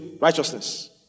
righteousness